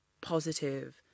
positive